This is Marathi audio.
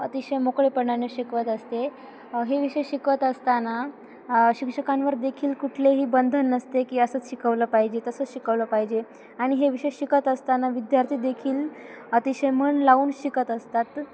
अतिशय मोकळे पणाने शिकवत असते हे विषय शिकवत असताना शिक्षकांवर देखील कुठलेही बंधन नसते की असंच शिकवलं पाहिजे तसंच शिकवलं पाहिजे आणि हे विषय शिकत असताना विद्यार्थी देखील अतिशय मन लावून शिकत असतात